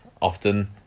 often